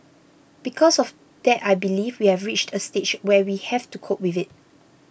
because of that I believe we have reached a stage where we have to cope with it